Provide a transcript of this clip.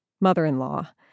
mother-in-law